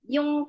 Yung